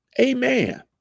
Amen